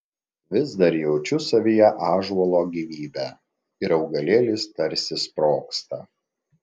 vis dar jaučiu savyje ąžuolo gyvybę ir augalėlis tarsi sprogsta